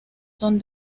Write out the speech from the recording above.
son